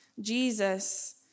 Jesus